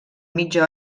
mitja